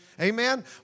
Amen